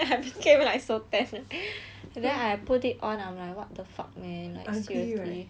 and then I put it on I'm like what the fuck man seriously